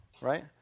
Right